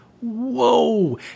whoa